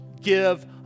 give